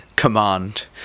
command